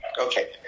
Okay